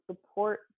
support